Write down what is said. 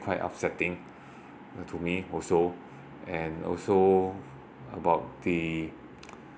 quite upsetting to me also and also about the